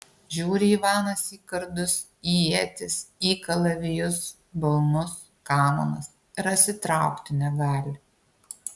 žiūri ivanas į kardus į ietis į kalavijus balnus kamanas ir atsitraukti negali